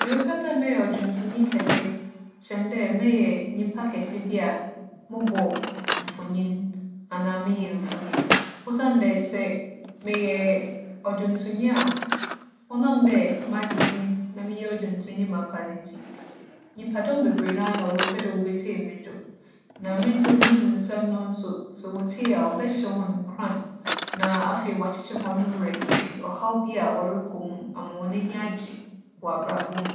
Mebɛpɛ dɛ mɛyɛ ͻdwontownyi kɛse kyɛn dɛ mɛyɛ nyimpa kɛse bi a mobͻ mfonyin anaa meyɛ mfonyin Osiandɛ, sɛ meyɛ ͻdwontownyi a, ͻnam dɛ magye dzin na meyɛ ͻdwontownyi mapa no ntsi, nyimpadͻm beberee nara na wͻbɛpɛ dɛ wobetsie mo ndwom. Na mo ndwom no mu nsɛm no so, sɛ wotsie a, ͻbɛhyɛ hͻn nkuran na afei, ͻaakyekyer hͻn werɛ efi ͻhaw bi a wͻrokͻ mu mu. Ama hͻn enyi agye wͻ abrabͻ mu.